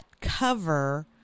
cover